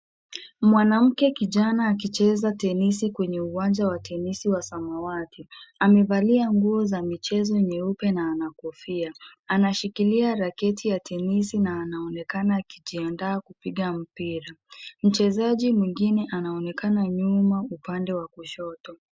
Mwanamke kijana akicheza tenisi kwenye uwanja wa tenisi wa samawati , amevalia nguo za michezo nyeupe na ana kofia anashikilia raketi ya tenisi na anaonekana akijiandaa kupiga mpira , mchezaji mwingine anaonekana nyuma upande wa kushoto.